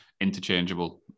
interchangeable